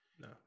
No